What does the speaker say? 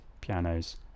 pianos